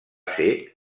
ser